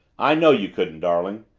i know you couldn't, darling.